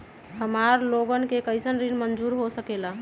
हमार लोगन के कइसन ऋण मंजूर हो सकेला?